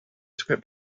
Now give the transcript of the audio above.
script